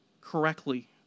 correctly